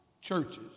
churches